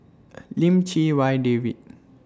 Lim Chee Wai David